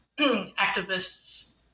activists